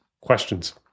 questions